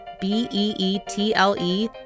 b-e-e-t-l-e